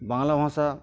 বাংলা ভাষা